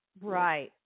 Right